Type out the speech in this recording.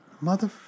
mother